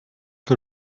que